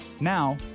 Now